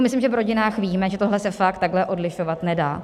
Myslím, že v rodinách víme, že tohle se fakt takhle odlišovat nedá.